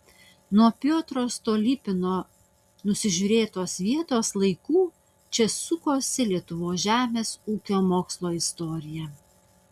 nuo piotro stolypino nusižiūrėtos vietos laikų čia sukosi lietuvos žemės ūkio mokslo istorija